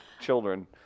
children